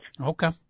Okay